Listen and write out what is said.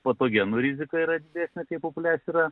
patogenų rizika yra didesnė kai populiacija yra